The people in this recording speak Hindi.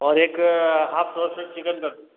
और एक हाफ रोस्टेड चिकन कर दो